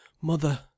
Mother